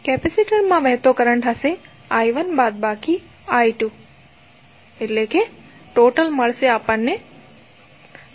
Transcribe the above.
કેપેસિટરમાં વહેતો કરંટ હશે I1 − I2 10